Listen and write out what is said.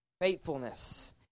faithfulness